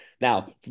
Now